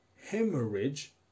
hemorrhage